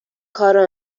کار